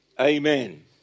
Amen